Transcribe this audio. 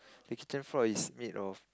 kitchen floor is made of